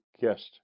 guest